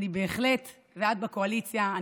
ואת בקואליציה,